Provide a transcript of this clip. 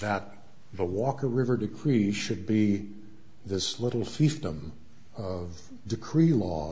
that the walker river decrees should be this little fiefdom of decree law